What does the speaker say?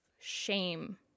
shame